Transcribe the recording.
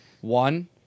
one